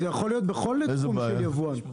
זה יכול להיות בכל תחום של יבואן.